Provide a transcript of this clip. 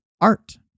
art